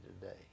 today